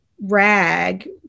rag